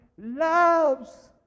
loves